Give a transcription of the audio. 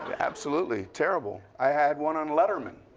but absolutely terrible. i had one on letterman.